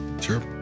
Sure